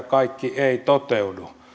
kaikki ei toteudu